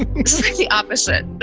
exactly opposite.